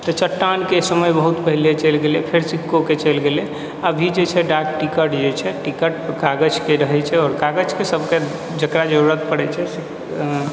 तऽ चट्टानके समय बहुत पहिने चलि गेलै फेर सिक्कोके चलि गेलै अभी जे छै डाक टिकट जे छै टिकट कागजके रहै छै आओर कागजके सबके जकरा जरूरत पड़ै छै